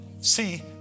See